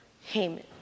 Haman